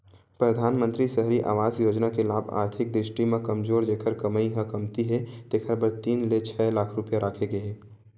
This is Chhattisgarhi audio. परधानमंतरी सहरी आवास योजना के लाभ आरथिक दृस्टि म कमजोर जेखर कमई ह कमती हे तेखर बर तीन ले छै लाख रूपिया राखे गे हे